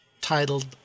titled